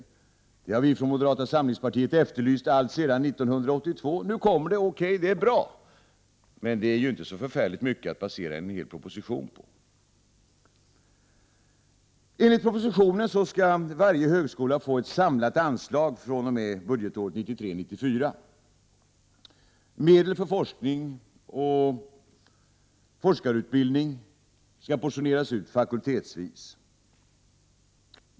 Dessa har vi från moderata samlingspartiet efterlyst sedan 1982. Nu kommer de — okej, det är bra. Men det är ju inte så förfärligt mycket att basera en hel proposition på. Enligt propositionens skall varje högskola få ett samlat anslag från och med budgetåret 1993/94. Medel för forskning och forskarutbildning skall portioneras ut fakultetsvis.